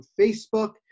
Facebook